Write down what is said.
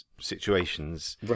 situations